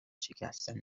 شکستن